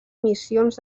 missions